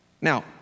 Now